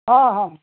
ହଁ ହଁ